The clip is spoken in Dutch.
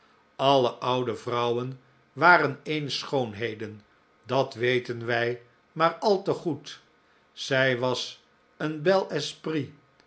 alle oude vrouwen waren eens schoonheden dat weten wij maar al te goed zij was een bel